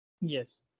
Yes